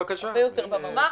בבקשה.